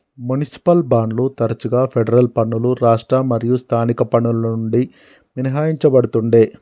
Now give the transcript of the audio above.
municipal బాండ్లు తరచుగా federal పన్నులు రాష్ట్ర మరియు స్థానిక పన్నుల నుండి మినహాయించబడతుండే